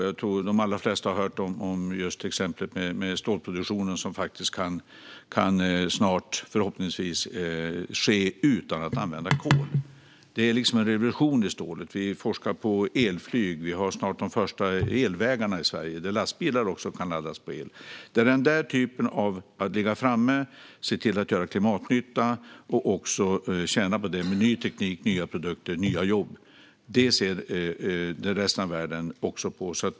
Jag tror att de allra flesta har hört om exemplet med stålproduktionen, som förhoppningsvis snart kan ske utan användning av kol. Det är en revolution för stålet. Vi forskar också på elflyg, och vi har snart de första elvägarna i Sverige - där lastbilar också kan laddas med el. Att på det sättet ligga i framkant, se till att göra klimatnytta och även tjäna på det genom ny teknik, nya produkter och nya jobb är något som resten av världen tittar på.